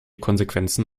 konsequenzen